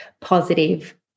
positive